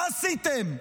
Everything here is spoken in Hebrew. מה עשיתם?